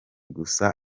gusa